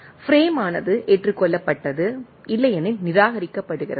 பிரேமானது ஏற்றுக்கொள்ளப்பட்டது இல்லையெனில் நிராகரிக்கப்படுகிறது